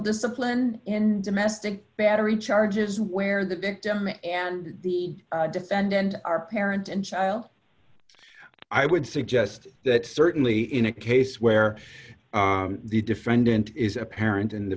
discipline in domestic battery charges where the victim and the defendant are parent and child i would suggest that certainly in a case where the defendant is a parent in the